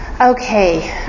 okay